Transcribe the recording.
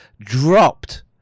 dropped